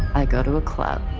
i go to a club,